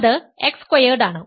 അത് x squared ആണ്